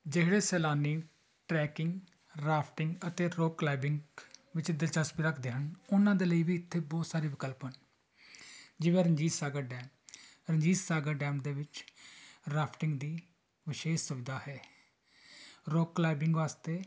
ਜਿਹੜੇ ਸੈਲਾਨੀ trekking rafting ਅਤੇ ਰੌਕ ਕਲਾਈਬਿੰਗ ਵਿੱਚ ਦਿਲਚਸਪੀ ਰੱਖਦੇ ਹਨ ਉਹਨਾਂ ਦੇ ਲਈ ਵੀ ਇੱਥੇ ਬਹੁਤ ਸਾਰੇ ਵਿਕਲਪ ਹਨ ਜਿਵੇਂ ਰਣਜੀਤ ਸਾਗਰ ਡੈਮ ਰਣਜੀਤ ਸਾਗਰ ਡੈਮ ਦੇ ਵਿੱਚ ਰਾਫਟਿੰਗ ਦੀ ਵਿਸ਼ੇਸ਼ ਸੁਵਿਧਾ ਹੈ ਰੌਕ ਕਲਾਈਬਿੰਗ ਵਾਸਤੇ